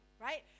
right